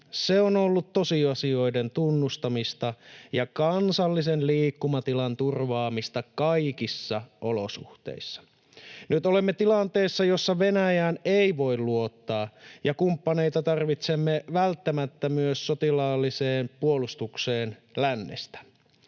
se on ollut tosiasioiden tunnustamista ja kansallisen liikkumatilan turvaamista kaikissa olosuhteissa. Nyt olemme tilanteessa, jossa Venäjään ei voi luottaa ja kumppaneita tarvitsemme välttämättä myös sotilaalliseen puolustukseen lännestä.